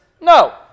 No